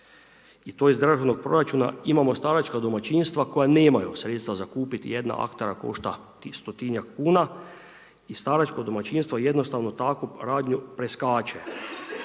I to je iz državnog proračuna, imamo staračkog domaćinstva koja nemaju sredstva za kupiti jedna …/Govornik se ne razumije./… košta 100-njak kn i staračko domaćinstvo jednostavno takvu radnju preskače.